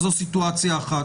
זו סיטואציה אחת.